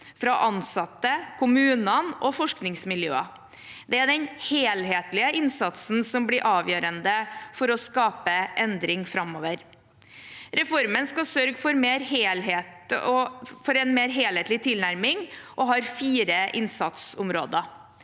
ansatte, kommunene og forskningsmiljøer. Det er den helhetlige innsatsen som blir avgjørende for å skape endring framover. Reformen skal sørge for en mer helhetlig tilnærming og har fire innsatsområder: